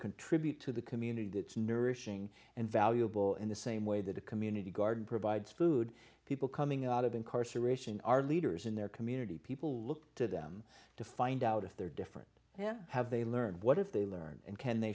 contribute to the community it's nourishing and valuable in the same way that a community garden provides food people coming out of incarceration are leaders in their community people look to them to find out if they're different then have they learned what if they learn and can they